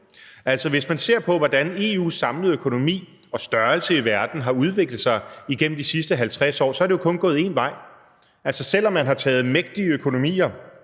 Hvis man ser på, hvordan EU's samlede økonomi og størrelse i verden har udviklet sig igennem de sidste 50 år, er det jo kun gået én vej. Selv om man har taget mægtige økonomier